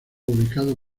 ubicado